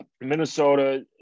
Minnesota